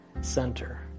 center